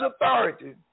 authority